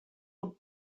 club